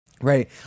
Right